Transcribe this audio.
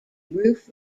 roof